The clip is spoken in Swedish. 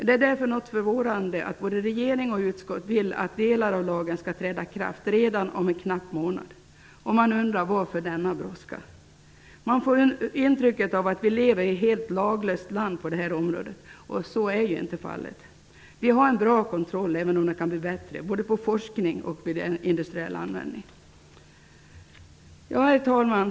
Det är därför något förvånande att både regering och utskott vill att delar av lagen skall träda i kraft redan om en knapp månad. Man undrar: Varför denna brådska? Man får intrycket att vi lever i helt laglöst land på detta område, och så är ju inte fallet. Vi har en bra kontroll -- även om den kan bli bättre -- på både forskning och industriell användning. Herr talman!